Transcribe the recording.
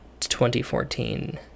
2014